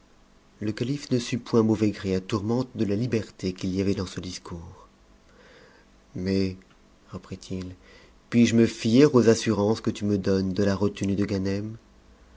le calife ne sut point mauvais gré à tourmente de la liberté qu'il y avait dans ce discours mais reprit-il puis-je me fier aux assurances que tu me donnes de la retenue de ganem